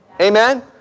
Amen